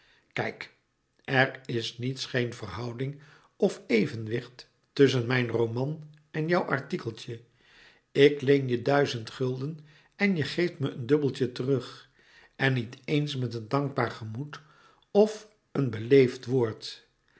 kijk er is niets geen verhouding of evenwicht tusschen mijn roman en jouw artikeltje ik leen je duizend gulden en je geeft me een dubbeltje terug en niet eens met een dankbaar gemoed of een beleefd woord